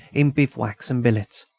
in bivouacs and billets.